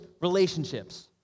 relationships